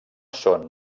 són